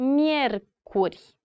miercuri